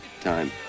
time